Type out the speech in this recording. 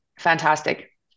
fantastic